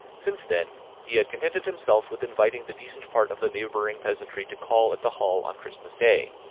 since then, he had contented himself with inviting the decent part of the neighbouring peasantry to call at the hall on christmas day,